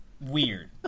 weird